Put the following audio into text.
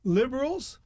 liberals